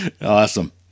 Awesome